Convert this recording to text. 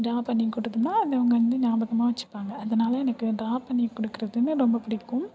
drop பண்ணி கொடுத்தோன்னா அது அவங்க வந்து ஞாபகமாக வச்சிருப்பாங்க அதனால எனக்கு ட்ராப் பண்ணி கொடுக்குறதுமே ரொம்ப பிடிக்கும்